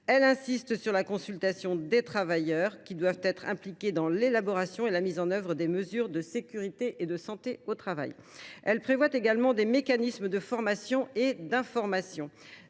Elle met en avant la consultation des travailleurs, qui doivent être impliqués dans l’élaboration et la mise en œuvre des mesures de sécurité et de santé au travail. Elle prévoit l’institution de mécanismes de formation et d’information